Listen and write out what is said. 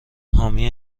حامی